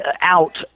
out